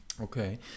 Okay